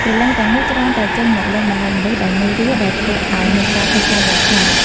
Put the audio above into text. ព្រលឹងទាំងនោះច្រើនតែចេញមកលងបន្លាចមនុស្សដែលនៅរស់ដែលធ្វើឲ្យមានការភ័យខ្លាចយ៉ាងខ្លាំង។